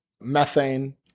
methane